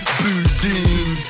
building